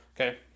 okay